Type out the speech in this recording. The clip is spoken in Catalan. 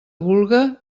vulga